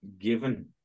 given